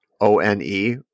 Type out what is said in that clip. O-N-E